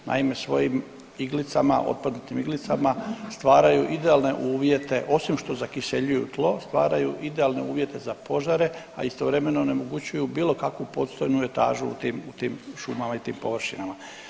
Naime, svojim iglicama, otpadnutim iglicama stvaraju idealne uvjete osim što zakiseljuju tlo, stvaraju idealne uvjete za požare a istovremeno onemogućuju bilo kakvu podzemnu etažu u tim šumama i tim površinama.